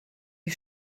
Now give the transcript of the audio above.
die